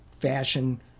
fashion